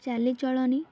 ଚାଲିଚଳଣୀ